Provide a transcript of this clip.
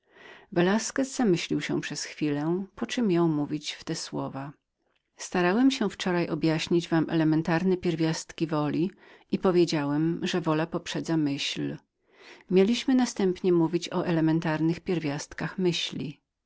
velasquez zamyślił się przez chwilę poczem jął mówić w te słowa starałem się wczoraj dać wam poznać pierwiastki woli i jak takowa poprzedza myśl następnie zamierzyliśmy mówić o pierwiastkach myśli